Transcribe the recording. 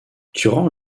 durant